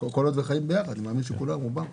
כל עוד חיים ביחד, אני מאמין שרובם ככה.